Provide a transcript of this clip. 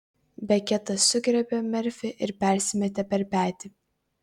beketas sugriebė merfį ir persimetė per petį